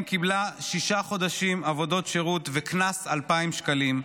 קיבלה שישה חודשים עבודות שירות וקנס 2,000 שקלים,